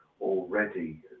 already